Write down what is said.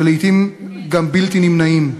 ולעתים גם בלתי נמנעים,